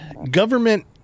Government